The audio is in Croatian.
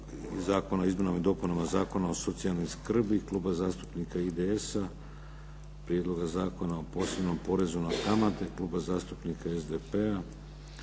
izmjenama i dopunama Zakona o socijalnoj skrbi Kluba zastupnika IDS-a, Prijedloga Zakona o posebnom porezu na kamate Kluba zastupnika SDP-a